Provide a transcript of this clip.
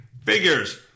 figures